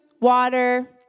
water